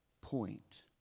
point